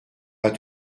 pas